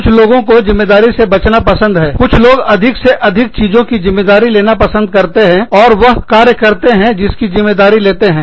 कुछ लोगों को जिम्मेदारी से बचना पसंद है कुछ लोग अधिक से अधिक चीजों की जिम्मेदारी लेना पसंद करते हैं और वह कार्य करते हैं जिसकी जिम्मेदारी लेते हैं